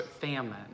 famine